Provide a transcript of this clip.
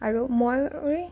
আৰু মই